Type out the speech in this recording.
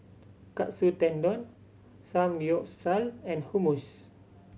Katsu Tendon Samgyeopsal and Hummus